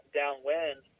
downwind